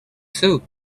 soup